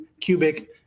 cubic